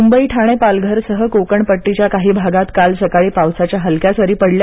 मुंबई ठाणे पालघरसह कोकणपट्टीच्या काही भागांत काल सकाळी पावसाचा हलक्या सरी पडल्या